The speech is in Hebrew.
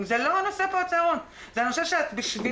זה נושא שאתם מעלים